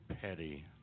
Petty